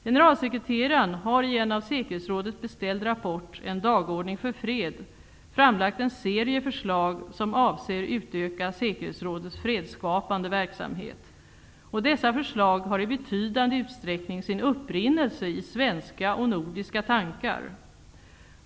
Generalsekreteraren har i en av säkerhetsrådet beställd rapport, En dagordning för fred, framlagt en serie förslag som avser att utöka säkerhetsrådets fredsskapande verksamhet. Dessa förslag har i betydande utsträckning sin upprinnelse i svenska och nordiska tankar.